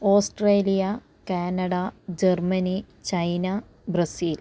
Australia Canada Germany China Brazil